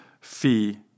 fee